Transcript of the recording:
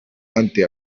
ante